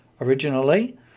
Originally